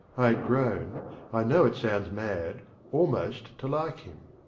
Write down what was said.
i had grown i know it sounds mad almost to like him.